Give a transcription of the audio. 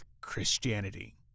Christianity